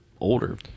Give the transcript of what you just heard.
older